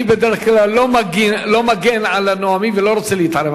אני בדרך כלל לא מגן על הנואמים ולא רוצה להתערב,